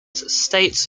states